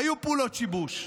היו פעולות שיבוש,